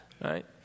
right